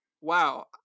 wow